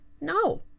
no